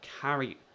carry